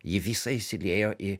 ji visa įsiliejo į